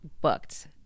booked